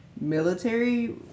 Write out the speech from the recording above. military